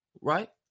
right